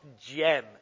gem